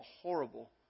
horrible